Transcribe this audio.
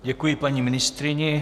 Děkuji paní ministryni.